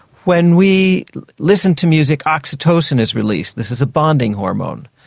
when we listen to music, oxytocin is released, this is a bonding hormone.